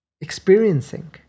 experiencing